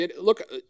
Look